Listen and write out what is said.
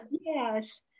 yes